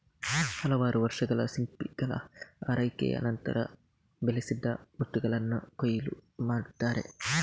ಹಲವಾರು ವರ್ಷಗಳ ಸಿಂಪಿಗಳ ಆರೈಕೆಯ ನಂತರ, ಬೆಳೆಸಿದ ಮುತ್ತುಗಳನ್ನ ಕೊಯ್ಲು ಮಾಡಲಾಗ್ತದೆ